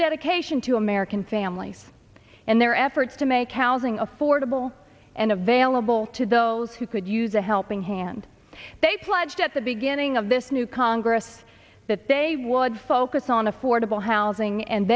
dedication to american families and their efforts to make housing affordable and available to those who could use a helping hand they pledged at the beginning of this new congress that they would focus on affordable housing and